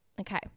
Okay